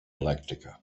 elèctrica